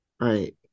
Right